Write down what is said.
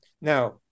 Now